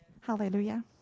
Hallelujah